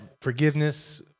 forgiveness